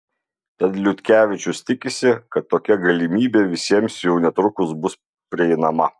tad liutkevičius tikisi kad tokia galimybė visiems jau netrukus bus prieinama